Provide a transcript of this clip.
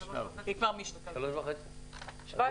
כבר בדיונים.